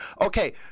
Okay